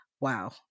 wow